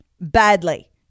badly